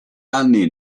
anni